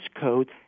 code